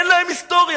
אין להם היסטוריה.